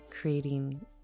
creating